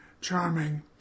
charming